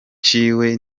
ciwe